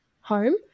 home